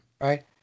Right